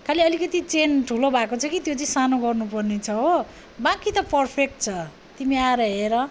खालि अलिकति चेन ठुलो भएको छ कि त्यो चाहिँ सानो गर्नुपर्ने छ हो बाँकी त पर्फेक्ट छ तिमी आएर हेर